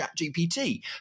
ChatGPT